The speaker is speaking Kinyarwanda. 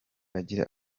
agira